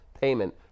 payment